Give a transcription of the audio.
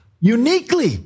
uniquely